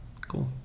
Cool